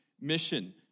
mission